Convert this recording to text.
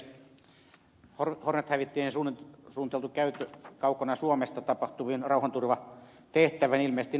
hornet hävittäjille on suunniteltu käyttöä kaukana suomesta tapahtuviin rauhanturvatehtäviin